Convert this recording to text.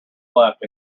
left